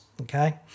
Okay